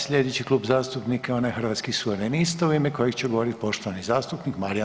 Sljedeći klub zastupnika je onaj Hrvatskih suverenista u ime kojeg će govoriti poštovani zastupnik Marijan